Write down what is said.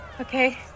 Okay